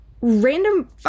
random